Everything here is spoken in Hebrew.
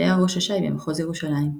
שהיה ראש הש"י במחוז ירושלים.